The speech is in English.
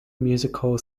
musical